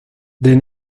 des